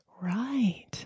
Right